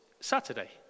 Saturday